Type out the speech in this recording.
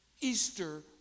Easter